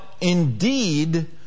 indeed